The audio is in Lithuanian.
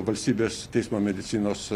valstybės teismo medicinos